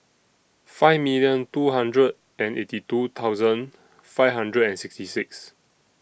five million two hundred and eighty two thousand five hundred and sixty six